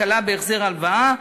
הקלה בהחזר ההלוואה.